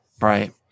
Right